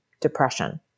depression